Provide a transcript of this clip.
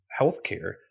healthcare